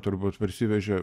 turbūt parsivežė